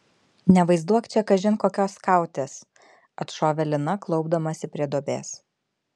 nevaizduok čia kažin kokios skautės atšovė lina klaupdamasi prie duobės